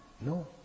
no